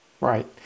Right